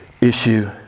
issue